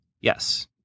Yes